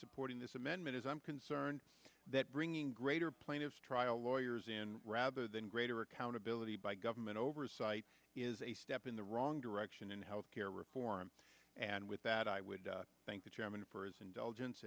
supporting this amendment is i'm concerned that bringing greater plaintiffs trial lawyers in rather than greater accountability by government oversight is a step in the wrong direction in health care reform and with that i would thank the chairman for his indulgence